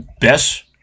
best